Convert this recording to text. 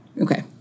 Okay